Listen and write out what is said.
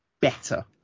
better